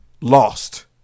lost